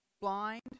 blind